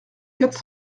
quatre